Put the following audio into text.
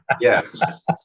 Yes